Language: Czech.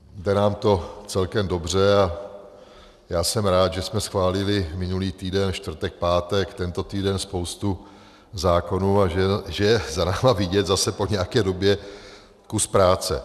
Jde nám to celkem dobře a já jsem rád, že jsme schválili minulý týden čtvrtek, pátek, tento týden spoustu zákonů a že je za námi vidět zase po nějaké době kus práce.